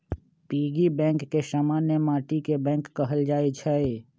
piggy bank के समान्य माटिके बैंक कहल जाइ छइ